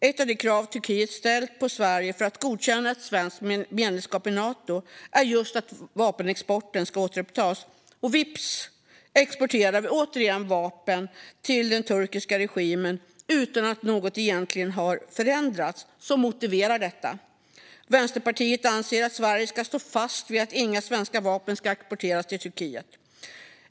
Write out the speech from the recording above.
Ett av de krav Turkiet ställt på Sverige för att godkänna ett svenskt medlemskap i Nato är just att vapenexporten ska återupptas, och vips exporterar vi återigen vapen till den turkiska regimen utan att något egentligen har förändrats som motiverar detta. Vänsterpartiet anser att Sverige ska stå fast vid att inga svenska vapen ska exporteras till Turkiet.